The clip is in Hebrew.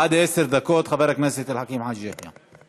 עד עשר דקות, חבר הכנסת אל חכים חאג' יחיא.